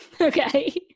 Okay